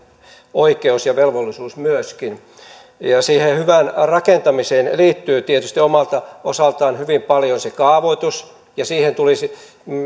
oikeus ja velvollisuus ja siihen hyvään rakentamiseen liittyy tietysti omalta osaltaan hyvin paljon se kaavoitus ja siihen tulisi